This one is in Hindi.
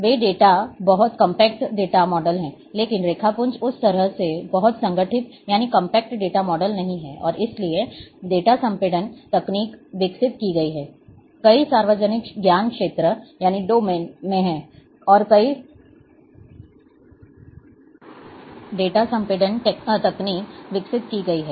वे डेटा बहुत कॉम्पैक्ट डेटा मॉडल हैं लेकिन रेखापुंज उस तरह से बहुत सुगठित डेटा मॉडल नहीं हैं और इसलिए डेटा संपीड़न तकनीक विकसित की गई है